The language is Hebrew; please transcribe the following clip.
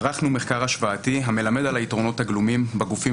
ערכנו מחקר השוואתי המלמד על היתרונות הגלומים בגופים